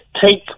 take